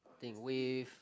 the wave